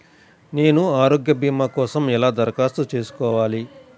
నేను ఆరోగ్య భీమా కోసం ఎలా దరఖాస్తు చేసుకోవాలి?